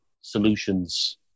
solutions